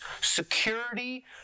security